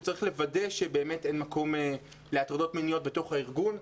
הוא צריך לוודא שבאמת אין מקום להטרדות מיניות בתוך הארגון.